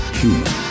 human